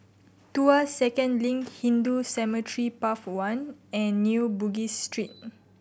Tuas Second Link Hindu Cemetery Path One and New Bugis Street